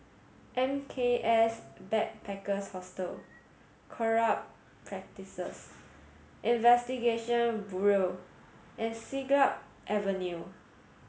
M K S Backpackers Hostel Corrupt Practices Investigation Bureau and Siglap Avenue